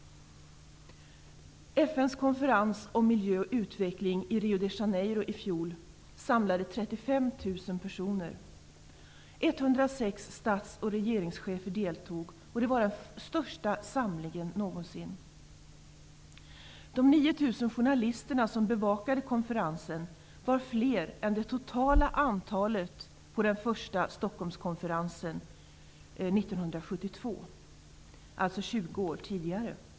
Janeiro fjol samlade 35 000 personer. 106 stats och regeringschefer deltog, dvs. den största samlingen någonsin. De 9 000 journalisterna som bevakade konferensen var fler än det totala antalet deltagare på den första Stockholmskonferensen 1972, dvs. 20 år tidigare.